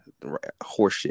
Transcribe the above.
Horseshit